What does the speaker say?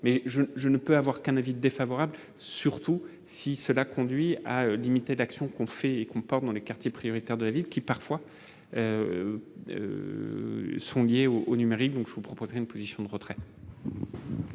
mais je je ne peut avoir qu'un avis défavorable, surtout si cela conduit à limiter l'action qu'on fait et qu'on porte dans les quartiers prioritaires de la ville qui parfois sont liées au numérique, donc je vous proposerai une position de retrait.